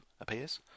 appears